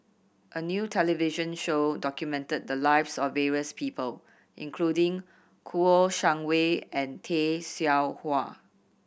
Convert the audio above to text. a new television show documented the lives of various people including Kouo Shang Wei and Tay Seow Huah